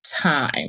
time